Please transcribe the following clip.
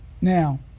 Now